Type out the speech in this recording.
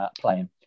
playing